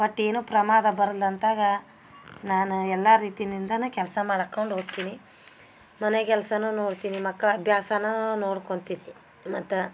but ಏನು ಪ್ರಮಾದ ಬರಲ್ಲ ಅಂತಾಗ ನಾನು ಎಲ್ಲಾ ರೀತಿನಿಂದನು ಕೆಲಸ ಮಾಡಕೊಂಡು ಹೋಗ್ತೀನಿ ಮನೆಗೆಲಸನೂ ನೋಡ್ತೀನಿ ಮಕ್ಳು ಅಭ್ಯಾಸನ ನೋಡ್ಕೊತೀನಿ ಮತ್ತು